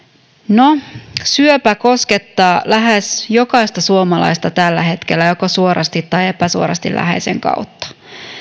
no syöpä koskettaa lähes jokaista suomalaista tällä hetkellä joko suorasti tai epäsuorasti läheisen kautta